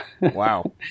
Wow